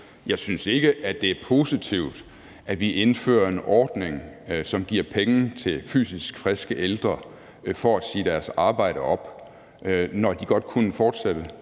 Jeg synes ikke, at det er positivt, at vi indfører en ordning, som giver penge til fysisk friske ældre for at sige deres arbejde op, når de godt kunne fortsætte